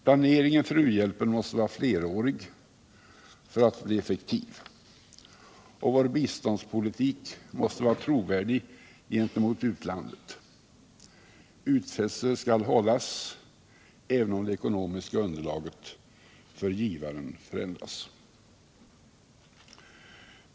Planeringen för u-hjälpen måste vara flerårig för att bli effektiv, och vår biståndspolitik måste vara trovärdig gentemot utlandet. Utfästelser skall hållas även om det ekonomiska underlaget för givaren förändras.